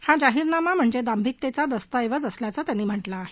हा जाहीरनामा म्हणजे दांभिकतेचा दस्तऐवज असल्याचं त्यांनी म्हा क्रिं आहे